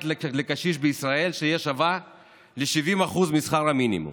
לקשיש בישראל תהיה שווה ל-70% משכר המינימום.